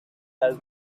has